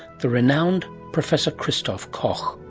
the renowned professor christof koch.